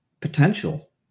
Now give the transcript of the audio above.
Potential